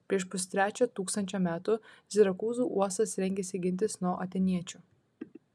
prieš pustrečio tūkstančio metų sirakūzų uostas rengėsi gintis nuo atėniečių